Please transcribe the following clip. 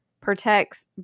protects